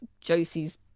Josie's